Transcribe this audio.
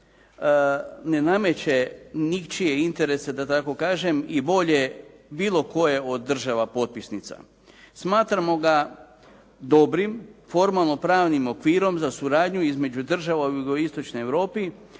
ne nameće ničije interese da tako kažem i volje bilo koje od država potpisnica. Smatramo ga dobrim, formalno-pravnim okvirom za suradnju između država u jugoistočnoj Europi